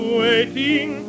waiting